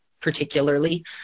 particularly